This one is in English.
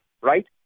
Right